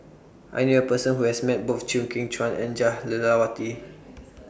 I knew A Person Who has Met Both Chew Kheng Chuan and Jah Lelawati